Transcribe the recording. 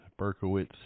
Berkowitz